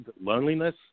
loneliness